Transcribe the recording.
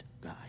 guy